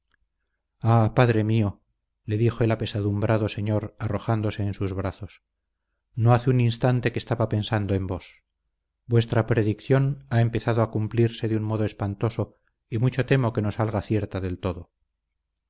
padre mío le dijo el apesadumbrado señor arrojándose en sus brazos no hace un instante que estaba pensando en vos vuestra predicción ha empezado a cumplirse de un modo espantoso y mucho temo que no salga cierta del todo